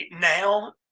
now